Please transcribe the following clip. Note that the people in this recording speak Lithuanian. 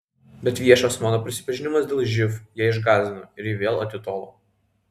bet viešas mano prisipažinimas dėl živ ją išgąsdino ir ji vėl atitolo